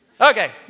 Okay